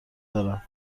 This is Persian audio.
دارم